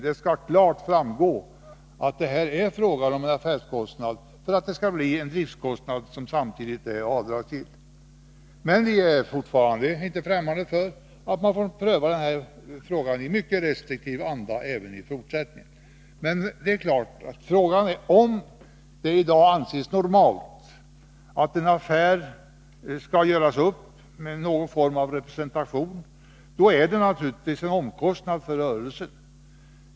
Det skall klart framgå att det är fråga om en affärskostnad för att det skall bli en driftkostnad, som samtidigt är avdragsgill. Vi är fortfarande inte ffträmmande för att man får pröva denna fråga i mycket restriktiv anda även i fortsättningen. Om det i dag anses normalt att en affär skall göras upp i samband med någon form av representation, är representationen naturligtvis en omkostnad i rörelsen.